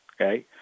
Okay